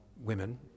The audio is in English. women